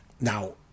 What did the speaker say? Now